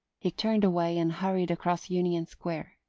he turned away and hurried across union square,